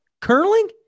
curling